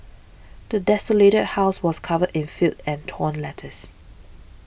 the desolated house was covered in filth and torn letters